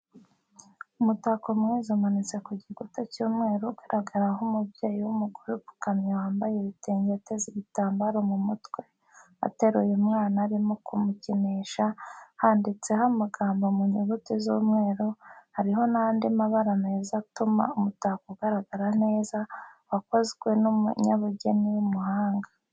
Umutako mwiza umanitse ku gikuta cy'umweru ugaragaraho umubyeyi w'umugore upfukamye wambaye ibitenge ateze igitambaro mu mutwe ateruye umwana arimo kumukinisha, handitseho amagambo mu nyuguti z'umweru, hariho n'andi mabara meza atuma umutako ugaragara neza, wakozwe n'umunyabugeni w'umuhanga.